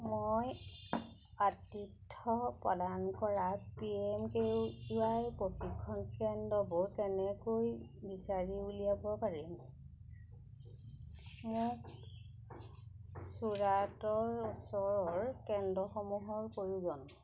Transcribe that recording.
মই আতিথ্য প্ৰদান কৰা পি এম কে ৱাই প্ৰশিক্ষণ কেন্দ্ৰবোৰ কেনেকৈ বিচাৰি উলিয়াব পাৰিম মোক চুৰাটৰ ওচৰৰ কেন্দ্ৰসমূহৰ প্ৰয়োজন